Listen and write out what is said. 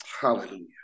Hallelujah